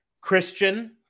Christian